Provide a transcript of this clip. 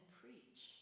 preach